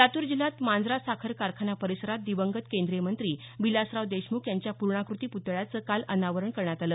लातूर जिल्ह्यात मांजरा साखर कारखाना परिसरात दिवंगत केंद्रीय मंत्री विलासराव देशमुख यांच्या पूर्णाक्रती प्तळ्याचं काल अनावरण करण्यात आलं